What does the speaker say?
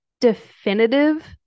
definitive